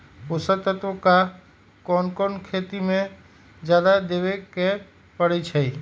पोषक तत्व क कौन कौन खेती म जादा देवे क परईछी?